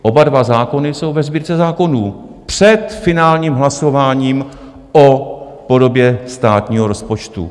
Oba dva zákony jsou ve Sbírce zákonů před finálním hlasováním o podobě státního rozpočtu.